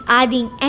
adding